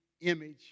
image